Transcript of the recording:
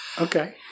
Okay